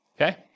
okay